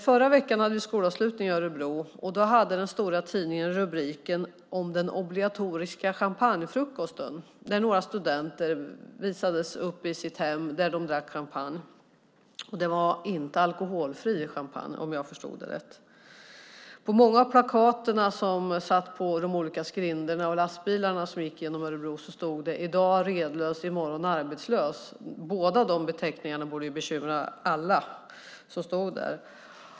Förra veckan hade vi skolavslutning i Örebro, och då hade den stora tidningen rubriker om den obligatoriska champagnefrukosten. Några studenter visades upp i sitt hem, där de drack champagne, och det var inte alkoholfri champagne om jag förstod rätt. På många av plakaten på de olika skrindorna och lastbilarna som gick genom Örebro stod det: I dag redlös, i morgon arbetslös. Båda de beteckningarna borde bekymra alla.